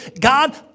God